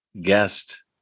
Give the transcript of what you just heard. guest